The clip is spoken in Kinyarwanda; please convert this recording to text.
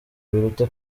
biruta